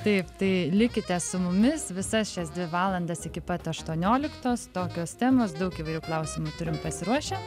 taip tai likite su mumis visas šias dvi valandas iki pat aštuonioliktos tokios temos daug įvairių klausimų turim pasiruošę